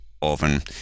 often